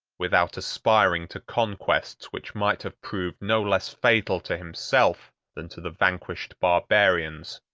without aspiring to conquests which might have proved no less fatal to himself than to the vanquished barbarians.